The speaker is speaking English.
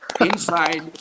inside